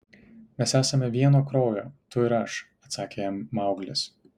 mes esame vieno kraujo tu ir aš atsakė jam mauglis